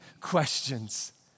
questions